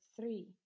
three